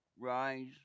rise